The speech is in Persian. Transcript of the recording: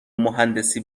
مهندسی